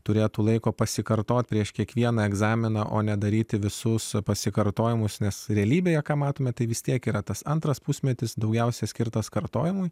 turėtų laiko pasikartoti prieš kiekvieną egzaminą o ne daryti visus pasikartojimus nes realybėje ką matome tai vis tiek yra tas antras pusmetis daugiausiai skirtas kartojimui